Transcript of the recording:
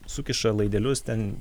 sukiša laidelius ten